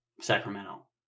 Sacramento